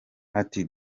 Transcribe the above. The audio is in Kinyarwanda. ati